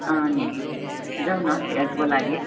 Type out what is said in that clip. अँ नि जाउँ न हेल्थको लागि